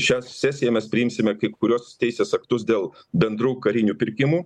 šią sesiją mes priimsime kai kuriuos teisės aktus dėl bendrų karinių pirkimų